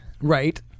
Right